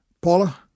Paula